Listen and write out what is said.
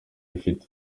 afite